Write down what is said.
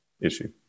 issue